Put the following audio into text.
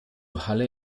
halle